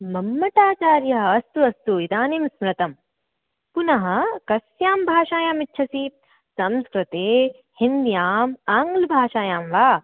मम्मटाचार्यः अस्तु अस्तु इदानीं स्मृतं पुनः कस्यां भाषायां इच्छति संस्कृते हिन्द्यां आङ्ग्लभाषायां वा